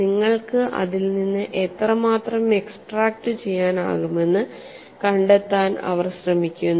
നിങ്ങൾക്ക് അതിൽ നിന്ന് എത്രമാത്രം എക്സ്ട്രാക്റ്റുചെയ്യാനാകുമെന്ന് കണ്ടെത്താൻ അവർ ശ്രമിക്കുന്നു